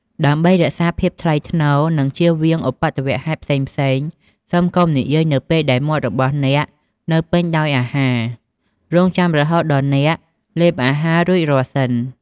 ដើម្បីរក្សាភាពថ្លៃថ្នូរ និងជៀសវាងឧបទ្ទវហេតុផ្សេងៗ សូមកុំនិយាយនៅពេលដែលមាត់របស់អ្នកនៅពេញដោយអាហារ រង់ចាំរហូតដល់អ្នកលេបអាហាររួចរាល់សិន។